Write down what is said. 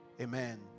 Amen